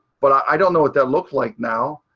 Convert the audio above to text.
but i don't know what that looks like now.